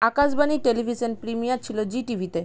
আকাশবাণীর television premiere ছিল Zee টিভিতে